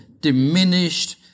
diminished